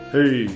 Hey